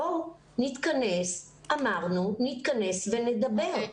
בואו נתכנס, אמרנו, נתכנס ונדבר.